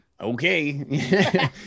okay